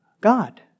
God